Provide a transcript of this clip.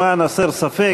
למען הסר ספק,